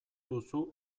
duzu